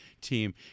team